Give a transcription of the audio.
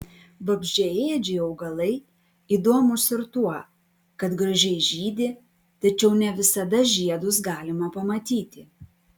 vabzdžiaėdžiai augalai įdomūs ir tuo kad gražiai žydi tačiau ne visada žiedus galima pamatyti